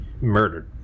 murdered